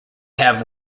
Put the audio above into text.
have